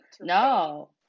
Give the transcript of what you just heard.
No